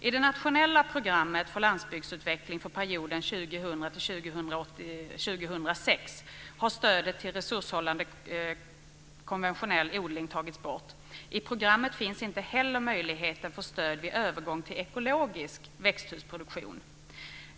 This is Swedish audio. I det nationella programmet för landsbygdsutveckling för perioden 2000-2006 har stödet till resurshållande konventionell odling tagits bort. I programmet finns inte heller möjlighet till stöd vid övergång till ekologisk växthusproduktion.